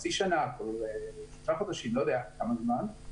חצי שנה או שבעה חודשים, לא יודע כל כמה זמן.